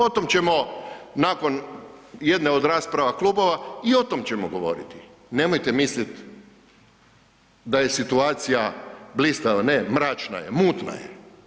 O tom ćemo nakon jedne od rasprava klubova i o tom ćemo govoriti, nemojte misliti da je situacija blistava, ne, mračna je, mutna je.